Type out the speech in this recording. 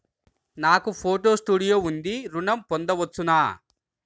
నాకు photo studio ఉంది ఋణం పొంద వచ్చునా?